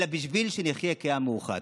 אלא בשביל שנחיה כעם מאוחד.